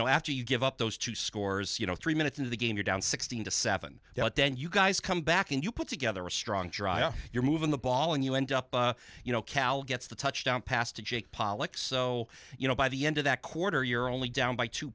know after you give up those two scores you know three minutes into the game you're down sixteen to seven then you guys come back and you put together a strong you're moving the ball and you end up you know cal gets the touchdown pass to take pollock so you know by the end of that quarter you're only down by two